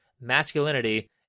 masculinity